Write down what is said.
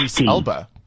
Elba